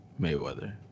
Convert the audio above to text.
Mayweather